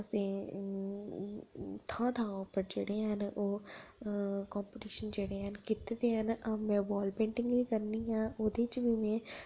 असें थां थां पर जेह्ड़े हैन ओह् कॉम्पिटिशन जेह्ड़े हैन कीत्ते दे हैन में बोल पेंटिंग बी करनियां ओह्दे च में अपने कालेज च